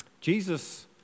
Jesus